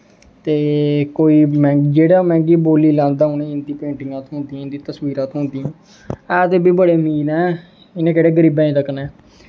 ते कोई जेह्ड़ा मतलब की बोली लांदा उ'नें ई इं'दियां पेंटिंगां थ्होंदियां इं'दी तस्वीरां थ्होंदियां ऐ ते एह्बी बड़े अमीर न इ'नें केह्ड़े गरीबें ई तक्कना ऐ